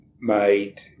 made